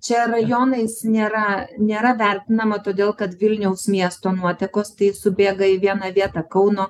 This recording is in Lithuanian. čia rajonais nėra nėra vertinama todėl kad vilniaus miesto nuotekos tai subėga į vieną vietą kauno